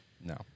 No